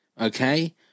okay